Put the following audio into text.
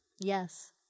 Yes